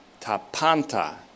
tapanta